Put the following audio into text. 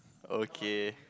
okay